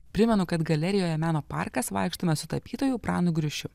primenu kad galerijoje meno parkas vaikštome su tapytoju pranu griušiu